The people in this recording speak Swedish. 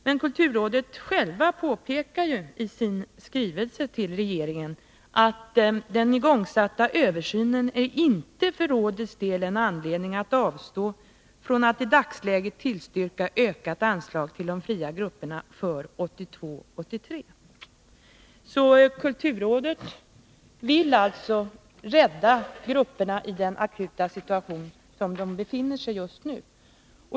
Men kulturrådet påpekar ju i sin skrivelse till 13 regeringen att den igångsatta översynen för rådets del inte är en anledning att avstå från att i dagsläget tillstyrka ökat anslag till de fria grupperna för 1982/83. Kulturrådet vill alltså rädda grupperna med hänsyn till den akuta situation de befinner sig i just nu.